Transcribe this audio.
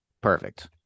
Perfect